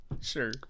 sure